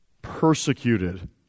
persecuted